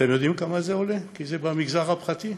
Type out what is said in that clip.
אתם יודעים כמה זה עולה, כי זה במגזר הפרטי?